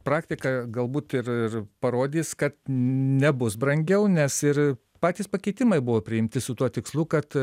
praktika galbūt ir ir parodys kad nebus brangiau nes ir patys pakeitimai buvo priimti su tuo tikslu kad